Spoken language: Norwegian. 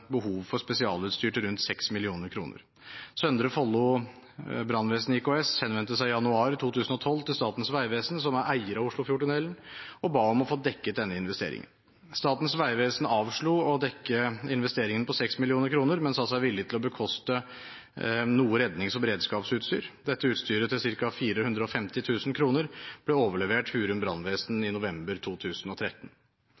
behov for spesialutstyr til rundt 6 mill. kr. Søndre Follo Brannvesen IKS henvendte seg i januar 2012 til Statens vegvesen, som er eier av Oslofjordtunnelen, og ba om å få dekket denne investeringen. Statens vegvesen avslo å dekke investeringen på 6 mill. kr, men sa seg villig til å bekoste noe rednings- og beredskapsutstyr. Dette utstyret til ca. 450 000 kr ble overlevert